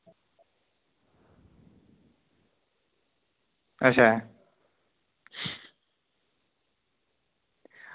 अच्छा